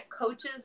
coaches